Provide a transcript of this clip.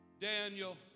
Daniel